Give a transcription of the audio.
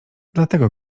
dlatego